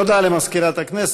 תודה למזכירת הכנסת.